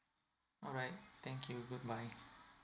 alright thank you goodbye